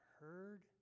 heard